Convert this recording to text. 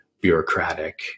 bureaucratic